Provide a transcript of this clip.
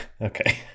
okay